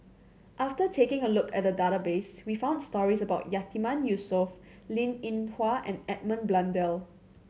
after taking a look at the database we found stories about Yatiman Yusof Linn In Hua and Edmund Blundell